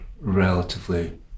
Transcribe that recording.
relatively